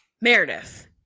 Meredith